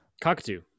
Cockatoo